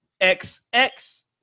XX